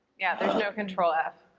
yeah, there's no control f.